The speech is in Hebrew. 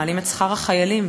מעלים את שכר החיילים,